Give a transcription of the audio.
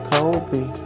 Kobe